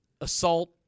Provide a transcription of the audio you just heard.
assault